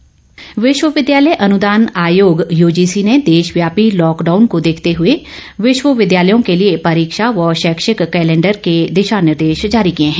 UGC विश्वविद्यालय अनुदान आयोग यूजीसी ने दे ाव्यापी लॉकडाउन को देखते हुए विश्वविद्यालयों के लिए परीक्षा व शैक्षिक कैलेण्डर के दिशा निर्देश जारी किए हैं